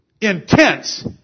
intense